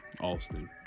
Austin